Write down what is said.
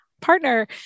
partner